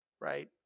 Right